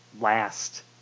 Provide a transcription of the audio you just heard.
last